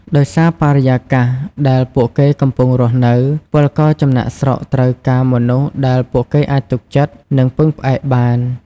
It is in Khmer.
ដោយសារបរិយាកាសដែលពួកគេកំពុងរស់នៅ ពលករចំណាកស្រុកត្រូវការមនុស្សដែលពួកគេអាចទុកចិត្ត និងពឹងផ្អែកបាន ។